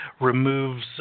removes